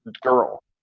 girl